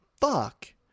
fuck